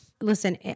Listen